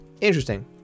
interesting